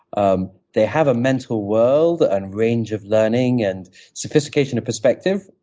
um they have a mental world and range of learning and sophistication of perspective,